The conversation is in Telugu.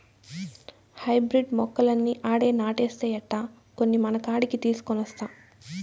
హైబ్రిడ్ మొక్కలన్నీ ఆడే నాటేస్తే ఎట్టా, కొన్ని మనకాడికి తీసికొనొస్తా